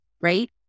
right